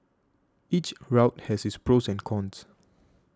each route has its pros and cons